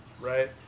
right